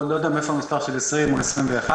אני לא יודע מאיפה המספר של 20 או 21 מיליארד.